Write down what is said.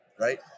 right